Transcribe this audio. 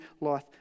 life